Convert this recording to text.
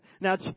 Now